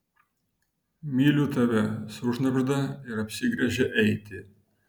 myliu tave sušnabžda ir apsigręžia eiti